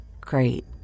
great